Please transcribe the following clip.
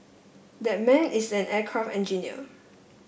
that man is an aircraft engineer